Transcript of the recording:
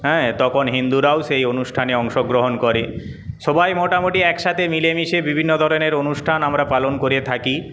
হ্যাঁ তখন হিন্দুরাও সেই অনুষ্ঠানে অংশগ্রহণ করে সবাই মোটামুটি একসাথে মিলেমিশে বিভিন্ন ধরণের অনুষ্ঠান আমরা পালন করে থাকি